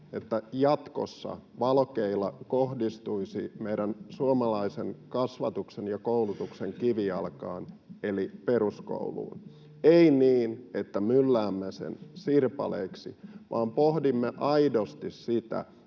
että jatkossa valokeila kohdistuisi meidän suomalaisen kasvatuksen ja koulutuksen kivijalkaan eli peruskouluun, ei niin, että mylläämme sen sirpaleiksi, vaan niin, että pohdimme aidosti sitä,